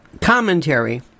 commentary